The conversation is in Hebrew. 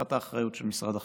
תחת האחריות של משרד החקלאות.